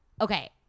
okay